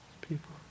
People